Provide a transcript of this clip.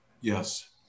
Yes